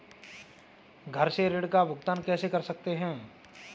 घर से ऋण का भुगतान कैसे कर सकते हैं?